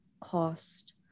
cost